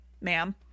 ma'am